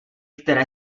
které